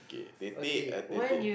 okay tete-a-tete